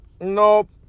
Nope